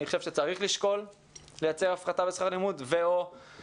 אני חושב שצריך לשקול לייצר הפחתה בשכר לימוד ו/או